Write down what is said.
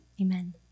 amen